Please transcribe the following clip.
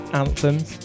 anthems